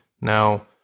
Now